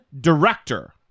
director